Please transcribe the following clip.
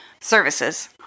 services